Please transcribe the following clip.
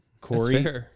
Corey